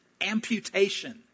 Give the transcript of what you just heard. amputation